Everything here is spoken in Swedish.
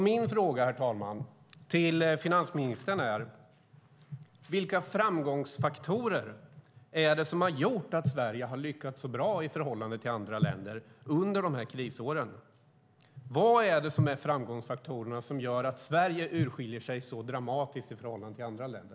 Mina frågor, herr talman, till finansministern är: Vilka faktorer är det som har gjort att Sverige har lyckats så bra i förhållande till andra länder under krisåren? Vad är det som är framgångsfaktorerna som gör att Sverige urskiljer sig så dramatiskt i förhållande till andra länder?